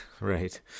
Right